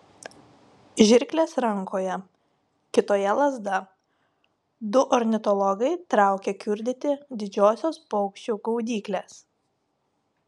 žirklės rankoje kitoje lazda du ornitologai traukia kiurdyti didžiosios paukščių gaudyklės